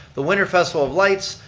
the winter festival of lights,